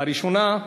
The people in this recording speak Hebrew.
הראשונה,